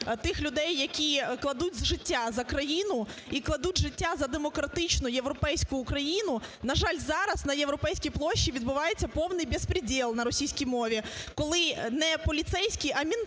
тих людей, які кладуть життя за країну і кладуть життя за демократичну, європейську Україну, на жаль, зараз на Європейській площі відбувається повний бєспрєдєл на російській мові, коли не поліцейські, а "менти"